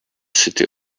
city